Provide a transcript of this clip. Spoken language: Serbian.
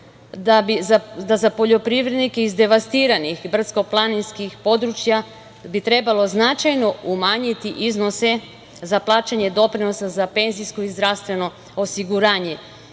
da za poljoprivrednike iz devastiranih brdsko-planinskih područja bi trebalo značajno umanjiti iznose za plaćanje doprinosa za penzijsko i zdravstveno osiguranje,